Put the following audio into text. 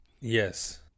yes